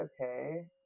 okay